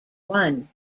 one